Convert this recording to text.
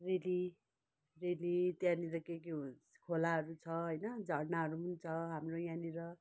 रेली रेली त्यहाँनिर के के हुन् खोलाहरू छ होइन झर्नाहरू छ हाम्रो यहाँनिर